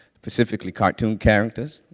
specifically cartoon characters.